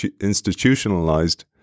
institutionalized